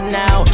now